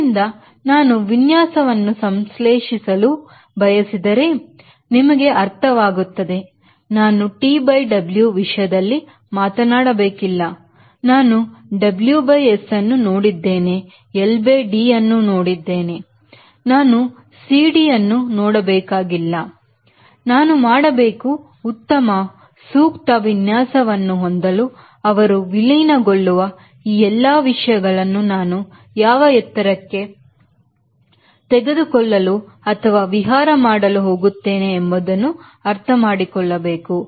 ಆದ್ದರಿಂದ ನಾನು ವಿನ್ಯಾಸವನ್ನು ಸಂಶ್ಲೇಷಿಸಲು ಬಯಸಿದರೆ ನಿಮ್ಮಗೆ ಅರ್ಥವಾಗುತ್ತದೆ ನಾನು TW ವಿಷಯದಲ್ಲಿ ಮಾತನಾಡಬೇಕಿಲ್ಲ ನಾನು WS ಅನ್ನು ನೋಡಿದ್ದೇನೆ LD ಅನ್ನು ನೋಡಿದ್ದೇನೆ ನಾನು CD ಅನ್ನುನೋಡಬೇಕಾಗಿಲ್ಲ ನಾನು ಮಾಡಬೇಕು ಉತ್ತಮ ಸೂಕ್ತ ವಿನ್ಯಾಸವನ್ನು ಹೊಂದಲು ಅವರು ವಿಲೀನಗೊಳ್ಳುವ ಈ ಎಲ್ಲಾ ವಿಷಯಗಳನ್ನು ನಾನು ಯಾವ ಎತ್ತರಕ್ಕೆ ತೆಗೆದುಕೊಳ್ಳಲು ಅಥವಾ ವಿಹಾರ ಮಾಡಲು ಹೋಗುತ್ತೇನೆ ಎಂಬುದನ್ನು ಅರ್ಥಮಾಡಿಕೊಳ್ಳಬೇಕು